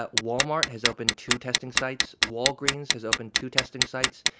but walmart has opened two testing sites. walgreens has opened two testing sites.